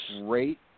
great